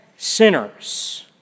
Sinners